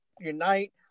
Unite